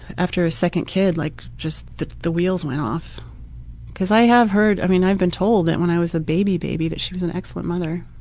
after a second kid, like just the the wheels went off because i have heard, i mean i've been told that when i was a baby-baby that she was an excellent mother